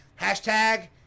Hashtag